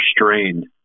restrained